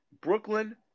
Brooklyn